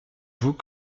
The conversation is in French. vous